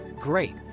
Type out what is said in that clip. great